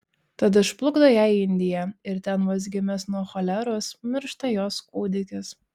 tad išplukdo ją į indiją ir ten vos gimęs nuo choleros miršta jos kūdikis